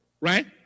right